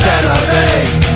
Enemies